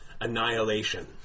Annihilation